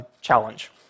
challenge